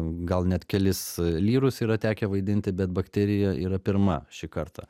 gal net kelis lyrus yra tekę vaidinti bet bakterija yra pirma šį kartą